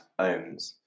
ohms